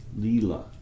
leela